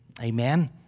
Amen